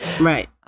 Right